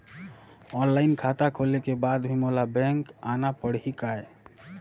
Online खाता खोले के बाद भी मोला बैंक आना पड़ही काय?